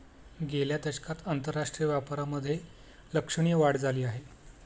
गेल्या दशकात आंतरराष्ट्रीय व्यापारामधे लक्षणीय वाढ झाली आहे